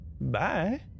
Bye